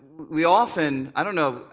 we often, i don't know,